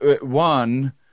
one